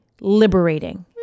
liberating